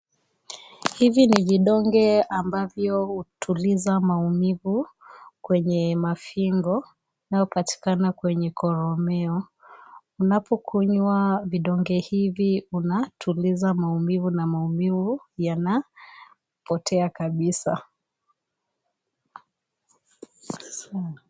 Hivi ni vidonge ambavyo hutuliza maumivu kwenye mafingo inayo patikana kwenye koromeo. Unapo kunywa vidonge hivi unatuliza maumivu na maumivu inapotea kabisa.